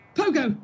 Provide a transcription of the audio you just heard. pogo